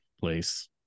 place